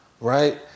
right